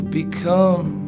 become